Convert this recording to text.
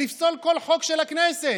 לפסול כל חוק של הכנסת.